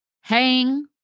hang